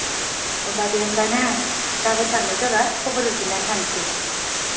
होनबा दे होनबा ना गाबोन थांनाय जाबा खबर होफिननानै थांसै दे